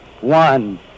one